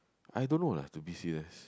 I don't know lah to be serious